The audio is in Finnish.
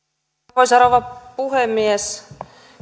arvoisa rouva puhemies